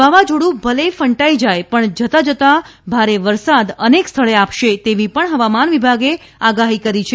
વાવાઝોડું ભલે ફંટાઇ જાયપણ જતા જતા ભારે વરસાદ અનેક સ્થળે આપશે તેવી પણ હવામાન વિભાગે આગાહી કરી છે